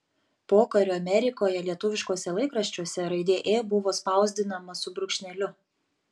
pokariu amerikoje lietuviškuose laikraščiuose raidė ė buvo spausdinama su brūkšneliu